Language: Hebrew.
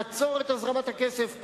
לעצור את הזרמת הכסף.